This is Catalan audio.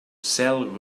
cel